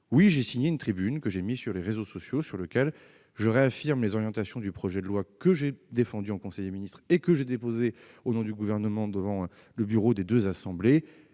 Oui, j'ai signé une tribune, que j'ai postée sur les réseaux sociaux, dans laquelle je réaffirme les orientations du projet de loi que j'ai défendu en conseil des ministres et que j'ai déposé, au nom du Gouvernement, sur le bureau des deux assemblées.